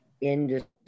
industry